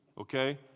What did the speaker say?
okay